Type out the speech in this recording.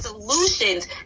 Solutions